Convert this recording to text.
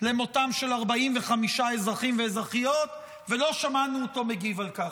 למותם של 45 אזרחים ואזרחיות ולא שמענו אותו מגיב על כך,